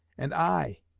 and i,